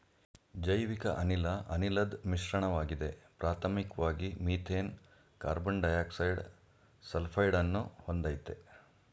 ಜೈವಿಕಅನಿಲ ಅನಿಲದ್ ಮಿಶ್ರಣವಾಗಿದೆ ಪ್ರಾಥಮಿಕ್ವಾಗಿ ಮೀಥೇನ್ ಕಾರ್ಬನ್ಡೈಯಾಕ್ಸೈಡ ಸಲ್ಫೈಡನ್ನು ಹೊಂದಯ್ತೆ